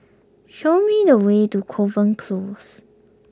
show me the way to Kovan Close